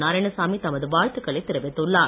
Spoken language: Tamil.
நாராயணசாமி தமது வாழ்த்துகளை தெரிவித்துள்ளார்